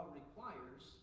requires